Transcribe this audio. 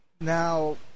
Now